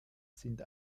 sind